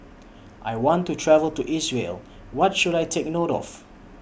I want to travel to Israel What should I Take note of